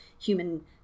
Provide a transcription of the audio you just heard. human